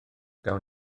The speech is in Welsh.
gawn